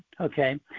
okay